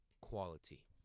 quality